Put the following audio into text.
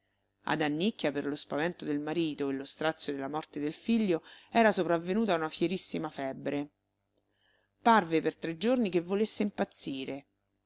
ad annicchia per lo spavento del marito e lo strazio della morte del figlio era sopravvenuta una fierissima febbre parve per tre giorni che volesse impazzire